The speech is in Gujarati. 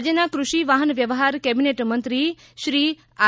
ફળદુ રાજ્યના કૃષિ વાહન વ્યવહાર કેબિનેટ મંત્રી આર